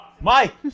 mike